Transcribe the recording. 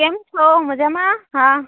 કેમ છો મજામાં હા